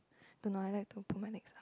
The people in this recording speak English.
don't know I like to put my legs up